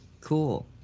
cool